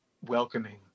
welcoming